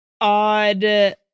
odd